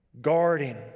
guarding